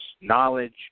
knowledge